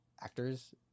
actors